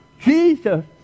Jesus